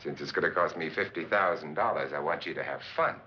since it's going to cost me fifty thousand dollars i want you to have fun